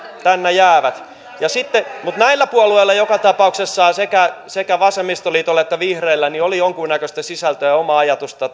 tänne jäävät näillä puolueilla joka tapauksessa sekä sekä vasemmistoliitolla että vihreillä oli jonkunnäköistä sisältöä ja omaa ajatusta